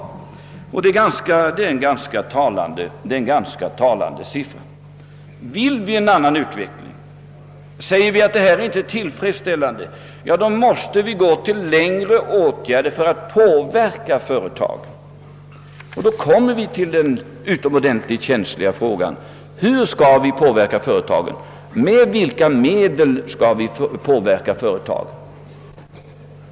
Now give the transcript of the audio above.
Det är en ganska talande siffra. Om vi säger att detta inte är tillfredsställande utan att vi önskar en annan utveckling måste vi vidta längre syftande åtgärder för att påverka företagen. Då uppställer sig den utomordentligt känsliga frågan med vilka medel vi skall kunna påverka företagen.